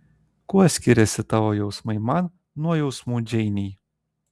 kuo skiriasi tavo jausmai man nuo jausmų džeinei